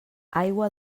aigua